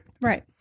Right